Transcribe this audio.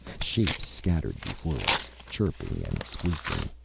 shapes scattered before us, chirping and squeaking.